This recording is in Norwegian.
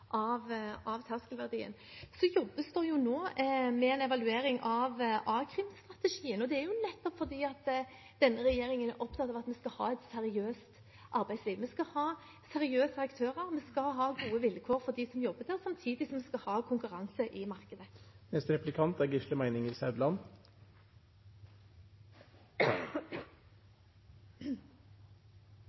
av terskelverdien. Det jobbes nå med en evaluering av a-krimstrategien, nettopp fordi denne regjeringen er opptatt av at vi skal ha et seriøst arbeidsliv. Vi skal ha seriøse aktører, vi skal ha gode vilkår for dem som jobber der, samtidig som vi skal ha konkurranse i markedet.